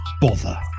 Bother